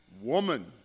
Woman